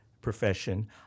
profession